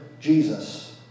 Jesus